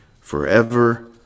forever